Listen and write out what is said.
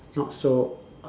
not so